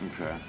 okay